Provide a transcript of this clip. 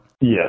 Yes